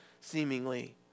seemingly